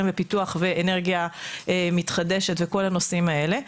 ופיתוח ואנרגיה מתחדשת וכל הנושאים אלה,